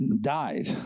died